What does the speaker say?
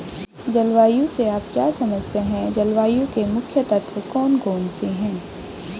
जलवायु से आप क्या समझते हैं जलवायु के मुख्य तत्व कौन कौन से हैं?